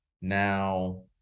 now